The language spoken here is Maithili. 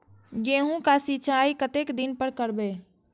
गेहूं का सीचाई कतेक दिन पर करबे?